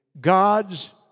God's